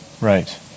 Right